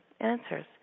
Answers